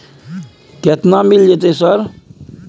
केतना मिल जेतै सर?